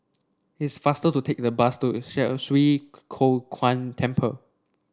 it's faster to take the bus to Share Swee Kow Kuan Temple